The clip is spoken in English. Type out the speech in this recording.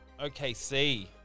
OKC